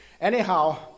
anyhow